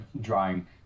drawing